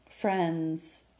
friends